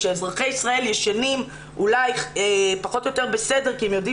אזרחי ישראל ישנים פחות או יותר בסדר כי הם יודעים